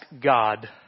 God